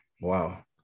Wow